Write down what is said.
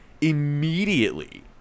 immediately